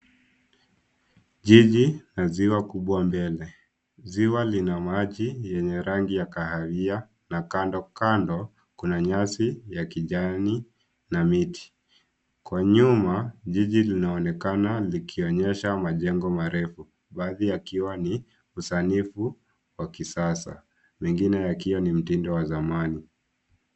Jiji lina ziwa kubwa mbele. Ziwa lina maji ya rangi ya kahawia na kando kando kuna nyasi ya kijani na miti. Kwa nyuma, jiji linaonekana likionyesha majengo marefu. Baadhi yakiwa ni usanifu wa kisasa mengine yakiwa ni mtindo wa zamani.